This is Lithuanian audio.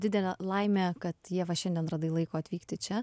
didelė laimė kad ieva šiandien radai laiko atvykti čia